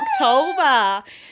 October